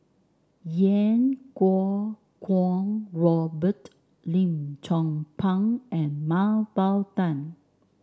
Iau Kuo Kwong Robert Lim Chong Pang and Mah Bow Tan